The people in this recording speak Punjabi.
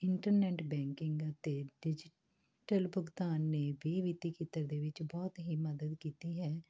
ਇੰਟਰਨੈਟ ਬੈਂਕਿੰਗ ਅਤੇ ਡਿਜੀਟਲ ਭੁਗਤਾਨ ਨੇ ਵੀ ਵਿੱਤੀ ਖੇਤਰ ਦੇ ਵਿੱਚ ਬਹੁਤ ਹੀ ਮਦਦ ਕੀਤੀ ਹੈ